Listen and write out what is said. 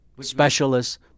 Specialists